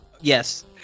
Yes